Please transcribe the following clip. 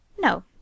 no